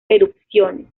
erupciones